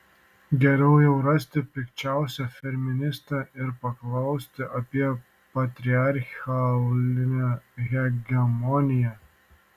geriau jau rasti pikčiausią feministę ir paklausti apie patriarchalinę hegemoniją